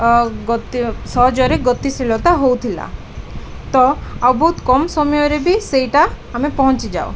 ଗତି ସହଜରେ ଗତିଶୀଳତା ହଉଥିଲା ତ ଆଉ ବହୁତ କମ ସମୟରେ ବି ସେଇଟା ଆମେ ପହଞ୍ଚିଯାଉ